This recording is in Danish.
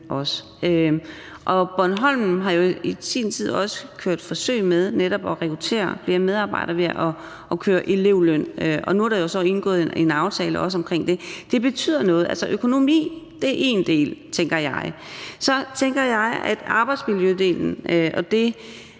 Bornholm har jo i sin tid også kørt forsøg med netop at rekruttere flere medarbejdere ved at køre med elevløn. Nu er der jo så indgået en aftale også om det. Det betyder noget. Altså, økonomi er en del, tænker jeg. Så tænker jeg, at arbejdsmiljødelen betyder